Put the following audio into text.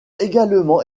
également